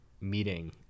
meeting